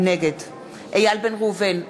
נגד איל בן ראובן,